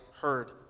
heard